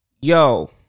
Yo